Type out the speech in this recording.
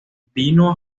vino